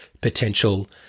potential